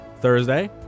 Thursday